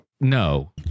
no